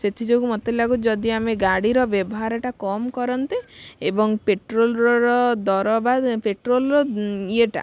ସେଥିଯୋଗୁଁ ମୋତେ ଲାଗୁଛି ଯଦି ଆମେ ଗାଡ଼ି ର ବ୍ୟବହାର ଟା କମ କରନ୍ତେ ଏବଂ ପେଟ୍ରୋଲ ର ଦର ବା ପେଟ୍ରୋଲ ର ୟେ ଟା